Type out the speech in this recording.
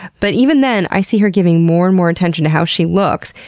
but even then, i see her giving more and more attention to how she looks.